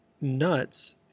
nuts